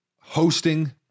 hosting